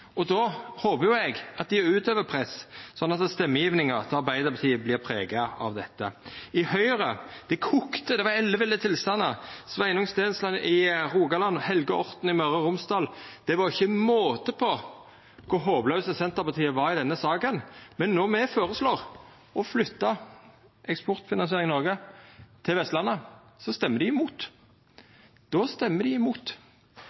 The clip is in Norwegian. Då håpar eg at dei utøvar press sånn at stemmegjevinga til Arbeidarpartiet vert prega av dette. I Høgre kokte det, det var elleville tilstandar – Sveinung Stensland i Rogaland, Helge Orten i Møre og Romsdal, det var ikkje måte på kor håplause Senterpartiet var i denne saka. Men når me føreslår å flytta Eksportfinansiering Noreg til Vestlandet, stemmer dei imot. Då stemmer dei imot.